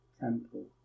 temple